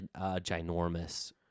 ginormous